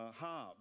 halves